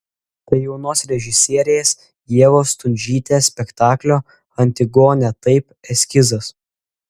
tai jaunos režisierės ievos stundžytės spektaklio antigonė taip eskizas